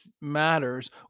matters